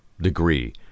degree